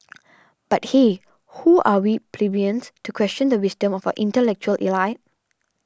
but hey who are we plebeians to question the wisdom of our intellectual elite